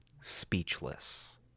speechless